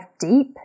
deep